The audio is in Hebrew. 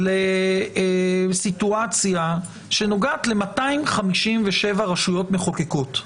לסיטואציה שנוגעת ל-257 רשויות מחוקקות.